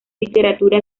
literatura